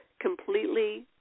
completely